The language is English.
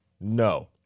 no